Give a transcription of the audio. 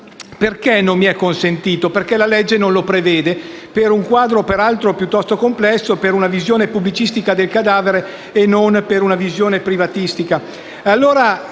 Perché non gli è consentito? Perché la legge non lo prevede, per un quadro peraltro piuttosto complesso, per una visione piuttosto pubblicistica del cadavere e non per una visione privatistica.